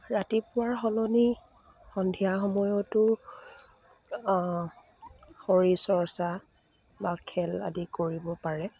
ৰাতিপুৱাৰ সলনি সন্ধিয়া সময়তো শৰীৰ চৰ্চা বা খেল আদি কৰিব পাৰে